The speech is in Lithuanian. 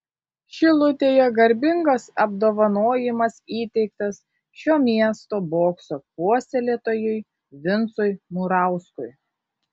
šilutėje garbingas apdovanojimas įteiktas šio miesto bokso puoselėtojui vincui murauskui